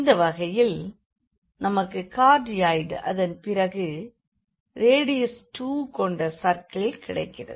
இந்த வகையில் நமக்கு கார்டியாய்டு அதன் பிறகு ரேடியஸ் 2 கொண்ட சர்க்கிள் கிடைக்கிறது